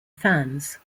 fans